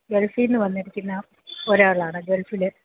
ഗൾഫിൽ നിന്ന് വന്നിരിക്കുന്ന ഒരാളാണെ ഗൾഫില്